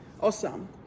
awesome